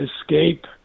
escape